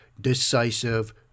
decisive